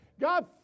God